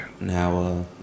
Now